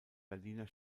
berliner